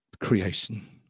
creation